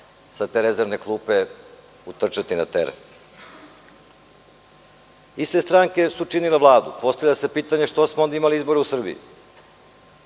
sa te rezervne klupe utrčati na teren. Iste stranke su činile Vladu. Postavlja se pitanje – što smo onda imali izbore u Srbiji?